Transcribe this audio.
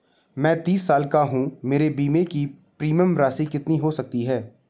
मैं तीस साल की हूँ मेरे बीमे की प्रीमियम राशि क्या हो सकती है?